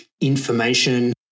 information